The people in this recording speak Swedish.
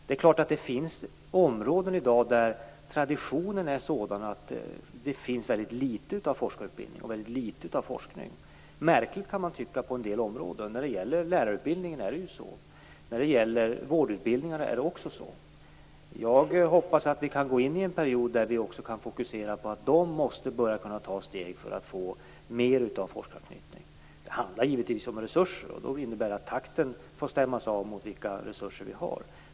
Det är klart att det i dag finns områden där traditionen är sådan att det finns väldigt litet av forskarutbildning och väldigt litet av forskning. Man kan tycka att det är märkligt på en del områden. När det gäller lärarutbildningen är det ju så. När det gäller vårdutbildningarna är det också så. Jag hoppas att vi kan gå in i en period där vi också kan fokusera på att steg måste börja tas för att dessa utbildningar skall få mer av forskaranknytning. Det handlar givetvis om resurser, och de innebär att takten får stämmas av mot de resurser som vi har.